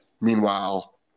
meanwhile